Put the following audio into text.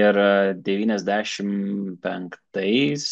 ir devyniasdešim penktais